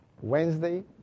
Wednesday